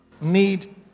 need